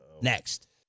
next